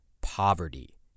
poverty